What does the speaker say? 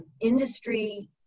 industry